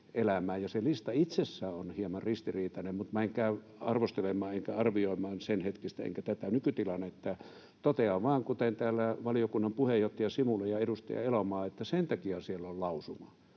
Se lista itsessään on hieman ristiriitainen, mutta minä en käy arvostelemaan enkä arvioimaan senhetkistä enkä tätä nykytilannetta. Totean vain, kuten täällä valiokunnan puheenjohtaja Simula ja edustaja Elomaa, että sen takia siellä on lausuma,